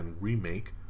remake